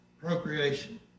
Procreation